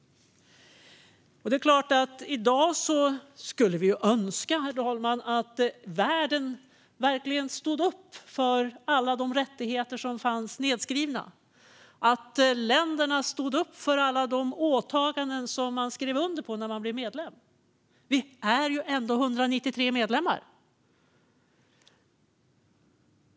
I dag skulle vi önska att världen verkligen stod upp för alla de rättigheter som finns nedskrivna och att länderna stod upp för alla de åtaganden som de skrev under på när de blev medlemmar. Vi är ju ändå 193 medlemmar.